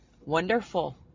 Wonderful